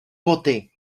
boty